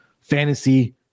fantasy